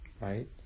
right